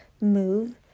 move